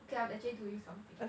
okay I'm actually doing something